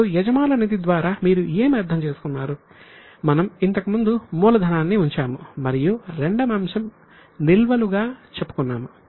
ఇప్పుడు యజమానుల నిధి గా చెప్పుకున్నాము